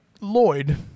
Lloyd